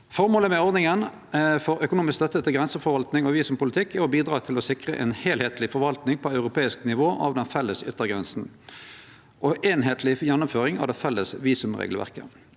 Formålet med ordninga for økonomisk støtte til grenseforvaltning og visumpolitikk er å bidra til å sikre ei heilskapleg forvaltning på europeisk nivå av den felles yttergrensa og ei einskapleg gjennomføring av det felles visumregelverket.